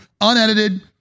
Unedited